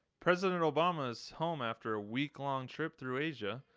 president obama is home after a week long trip through asia.